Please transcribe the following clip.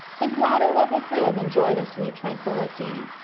the grotto of the crib enjoyed a sweet tranquillity.